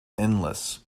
endless